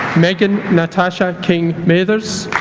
megan natasha king mathers